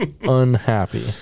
Unhappy